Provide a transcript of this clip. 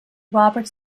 robert